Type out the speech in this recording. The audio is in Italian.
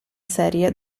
serie